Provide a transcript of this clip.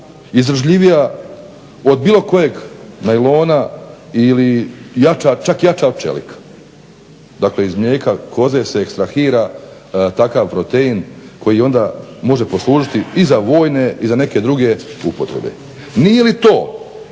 izdržljivija od bilo kojeg najlona ili čak jača od čelika. Dakle, iz mlijeka koze se ekstrahira takav protein koji onda može poslužiti i za vojne i za neke druge upotrebe. Nije li to